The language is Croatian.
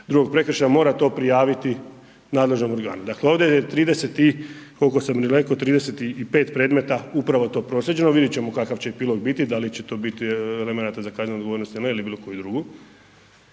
drugog prekršaja mora to prijaviti nadležnom organu. Dakle, ovdje je 30 i kolko sam reko, 30 i 5 predmeta upravo to proslijeđeno, vidjet ćemo kakav će epilog biti, da li će to biti elemenata za kaznenu odgovornost ili ne ili bilo koju drugu.